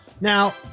Now